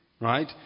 Right